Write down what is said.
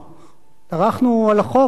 טרחנו על החוק ואמרנו: